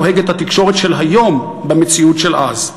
נוהגת התקשורת של היום במציאות של אז.